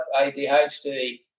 ADHD